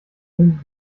sind